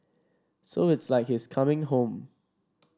so it's like he's coming home